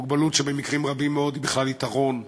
מוגבלות שבמקרים רבים מאוד היא בכלל יתרון,